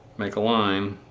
make a line